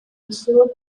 include